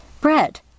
Bread